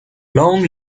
long